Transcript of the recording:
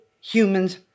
humans